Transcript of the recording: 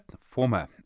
former